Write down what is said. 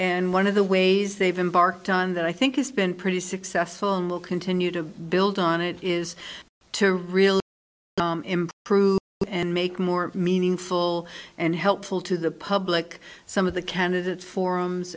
and one of the ways they've been barked on that i think it's been pretty successful and will continue to build on it is to really improve and make more meaningful and helpful to the public some of the candidates forums